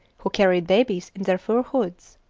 who carried babies in their fur hoods.